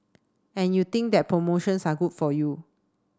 and you think that promotions are good for you